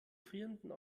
frierenden